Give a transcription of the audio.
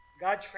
God